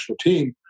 team